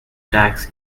taxi